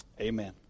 Amen